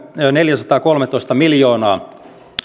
neljäsataakolmetoista miljoonaa